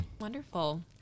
Wonderful